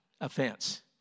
Offense